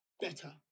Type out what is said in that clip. better